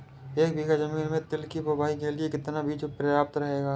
एक बीघा ज़मीन में तिल की बुआई के लिए कितना बीज प्रयाप्त रहेगा?